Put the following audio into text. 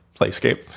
Playscape